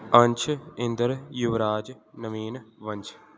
Ansh Inder Yuvraj Naveen Vansh